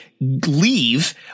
leave